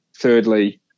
Thirdly